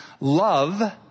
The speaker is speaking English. Love